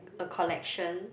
a collection